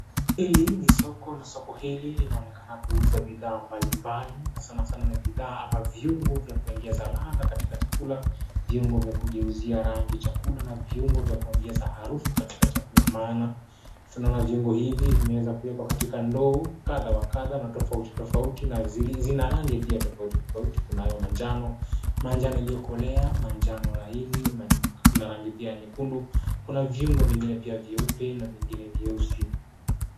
Hili ni soko, na soko hili linaonekana kuuza bidhaa mbalimbali na sanasana ni bidhaa ama viungo vya kuongeza ladha katika chakula, viungo vya kugeuzia rangi chakula na viungo vya kuongeza harufu katika chakula. Maana tunaona viungo hivi vimeweza kuwekwa katika ndoo kadha wa kadha na tofauti tofauti na zina rangi pia tofauti tofauti. Kunayo manjano, manjano iliyokolea, manjano laini, kuna rangi pia nyekundu, kuna viungo vingine pia vyeupe na vingine vyeusi.